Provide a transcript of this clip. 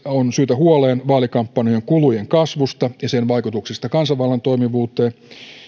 on syytä huoleen vaalikampanjojen kulujen kasvusta ja sen vaikutuksesta kansanvallan toimivuuteen